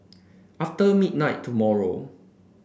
after midnight tomorrow